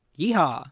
Yeehaw